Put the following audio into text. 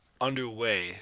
underway